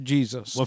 Jesus